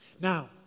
Now